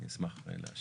אני אשמח להשיב.